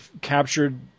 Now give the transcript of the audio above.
captured